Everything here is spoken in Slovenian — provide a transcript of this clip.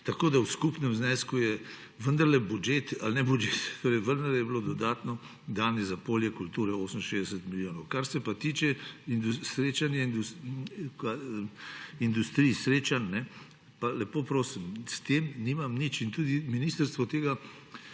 Tako da v skupnem znesku je vendarle budžet, ne budžet, vendarle je bilo dodatno danes za polje kulture 68 milijonov. Kar se pa tiče industrij srečanj, pa lepo prosim, s tem nimam nič in tudi ministrstvo tega